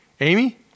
Amy